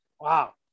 Wow